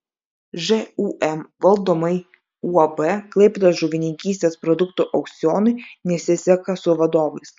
žūm valdomai uab klaipėdos žuvininkystės produktų aukcionui nesiseka su vadovais